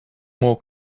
more